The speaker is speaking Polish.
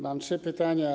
Mam trzy pytania.